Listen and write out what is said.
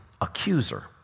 accuser